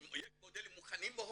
מודלים מוכנים בהודו.